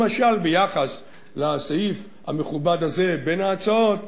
למשל ביחס לסעיף המכובד הזה בין ההצעות,